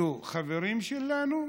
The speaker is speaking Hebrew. יהיו חברים שלנו,